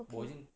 okay